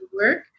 work